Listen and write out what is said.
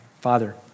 Father